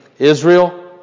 Israel